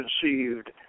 conceived